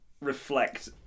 reflect